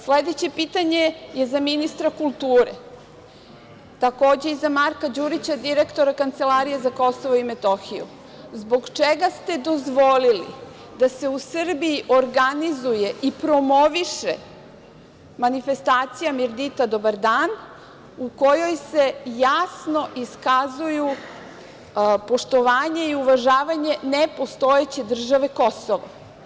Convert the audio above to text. Sledeće pitanje je za ministra kulture, takođe i za Marka Đurića, direktora Kancelarije za Kosovo i Metohiju, zbog čega ste dozvolili da se u Srbiji organizuje i promoviše manifestacija „Mirdita, dobar dan“, u kojoj se jasno iskazuju poštovanje i uvažavanje nepostojeće države Kosovo?